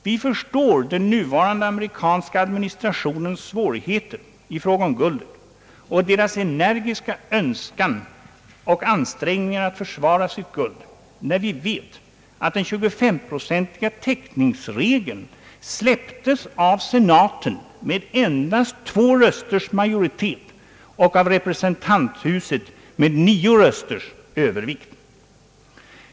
Vi förstår den nuvarande amerikanska administrationens svårigheter i fråga om guldet och dess önskan och energiska ansträngningar att försvara sitt guld, när vi vet att den 25-procentiga täckningsregeln släpptes av senaten med endast två rösters majoritet och av representanthuset med nio rösters övervikt.